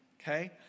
okay